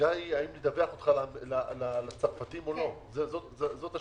ההסגה היא אם לדווח לצרפתים או לא, זאת השאלה.